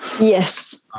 Yes